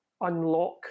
unlock